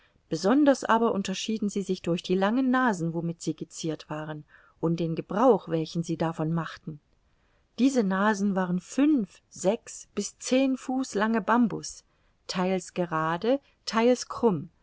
besonders aber unterschieden sie sich durch die langen nasen womit sie geziert waren und den gebrauch welchen sie davon machten diese nasen waren fünf sechs bis zehn fuß lange bambus theils gerade theils krumm